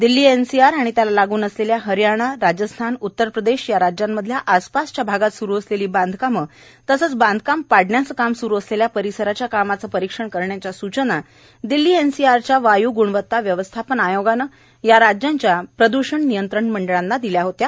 Delhi NCR आणि त्याला लागून असलेल्या हरियाणा राजस्थान उत्तरप्रदेश या राज्यांमधल्या आसपासच्या भागात सुरू असलेली बांधकामे तसेच बांधकामे पाडण्याचे काम सूरू असलेल्या परिसराच्या कामाचे परीक्षण करण्याच्या सूचना दिल्ली एनसीआरच्या वायू ग्णवता व्यवस्थापन आयोगाने या राज्यांच्या प्रदुषण नियंत्रण मंडळांना दिल्या होत्या